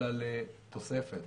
אלא לתוספת.